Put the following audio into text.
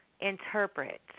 interpret